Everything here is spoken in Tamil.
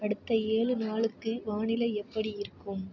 அடுத்த ஏழு நாளுக்கு வானிலை எப்படி இருக்கும்